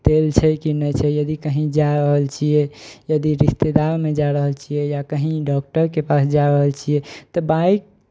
तेल छै कि नहि छै यदि कहीँ जा रहल छियै यदि रिश्तेदारमे जा रहल छियै या कहीँ डॉक्टरके पास जा रहल छियै तऽ बाइक